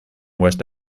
west